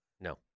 No